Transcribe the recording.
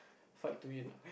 fight to win ah